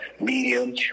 medium